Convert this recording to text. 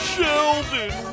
Sheldon